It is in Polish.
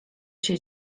się